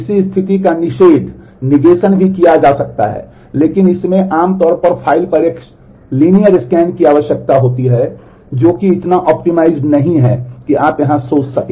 किसी स्थिति का निषेध नहीं है कि आप यहां सोच सकें